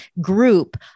group